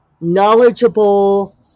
knowledgeable